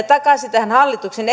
takaisin tähän hallituksen